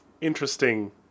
interesting